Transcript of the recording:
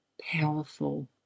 powerful